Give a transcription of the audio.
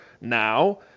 now